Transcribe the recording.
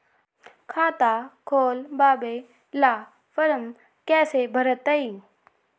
खाता खोलबाबे ला फरम कैसे भरतई?